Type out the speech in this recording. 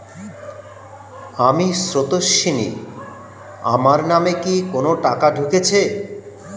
আমি স্রোতস্বিনী, আমার নামে কি কোনো টাকা ঢুকেছে?